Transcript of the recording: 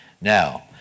Now